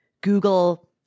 Google